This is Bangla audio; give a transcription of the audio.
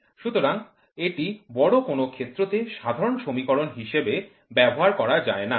সুতরাং এটি বড় কোন ক্ষেত্র তে সাধারণ সমীকরণ হিসেবে ব্যবহার করা যায় না